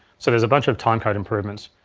so there's a bunch of timecode improvements.